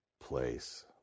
place